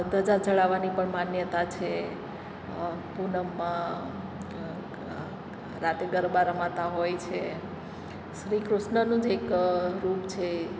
ધજા ચઢાવવાની પણ માન્યતા છે પૂનમમાં રાત્રે ગરબા રમાતા હોય છે શ્રી કૃષ્ણનું જ એક રૂપ છે એ